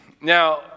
Now